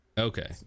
okay